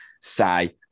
say